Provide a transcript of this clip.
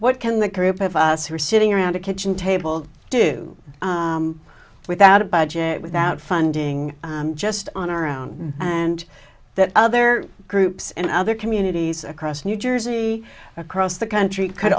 what can the group of us who are sitting around a kitchen table do without a budget without funding just on around and that other groups and other communities across new jersey across the country could